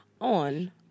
on